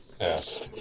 Yes